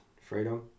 freedom